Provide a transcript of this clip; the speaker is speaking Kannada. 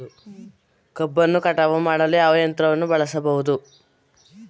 ಕಬ್ಬನ್ನು ಕಟಾವು ಮಾಡಲು ಯಾವ ಯಂತ್ರವನ್ನು ಬಳಸಬಹುದು?